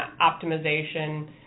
optimization